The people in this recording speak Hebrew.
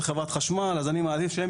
זאת חברת חשמל ולכן אני מעדיף שהם